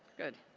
good.